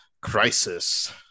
crisis